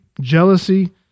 jealousy